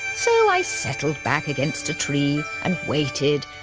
so i settled back against a tree, and waited,